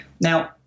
Now